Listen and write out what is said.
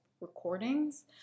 recordings